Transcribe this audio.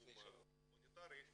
בתחום ההומניטרי,